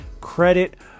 credit